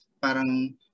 parang